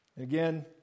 Again